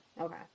Okay